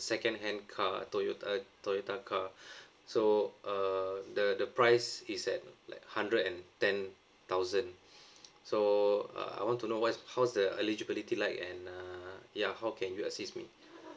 second hand car Toyota Toyota car so uh the the price is at like hundred and ten thousand so uh I want to know what's how's the eligibility like and uh ya how can you assist me